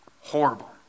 Horrible